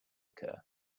occur